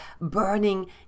burning